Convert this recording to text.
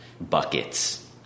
buckets